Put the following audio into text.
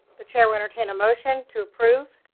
the chair will entertain a motion to approve